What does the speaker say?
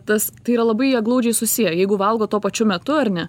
tas tai yra labai jie glaudžiai susiję jeigu valgot tuo pačiu metu ar ne